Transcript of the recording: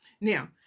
Now